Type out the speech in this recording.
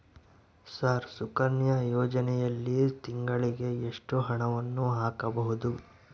Sir Sukanya ಯೋಜನೆಯಲ್ಲಿ ತಿಂಗಳಿಗೆ ಎಷ್ಟು ಹಣವನ್ನು ಹಾಕಬಹುದು?